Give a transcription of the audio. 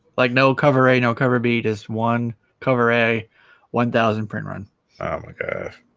like no cover a no cover be just one cover a one thousand print run like